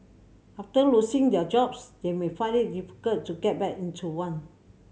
after losing their jobs they may find it difficult to get back into one